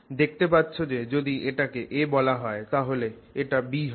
দেখতে পাচ্ছ যে যদি এটাকে a বলা হয় তাহলে এটা b হবে